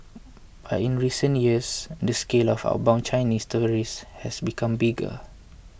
but in recent years the scale of outbound Chinese tourists has become bigger